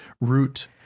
root